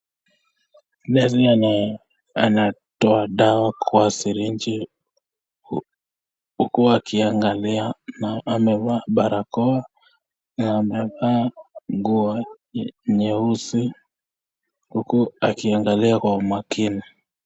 Nesi anatoa dawa kwa sirinji huku akiangalia na amevaa barakoa na amevaa nguo ya nyeusi huku akiangalia kwa umakini.